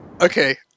okay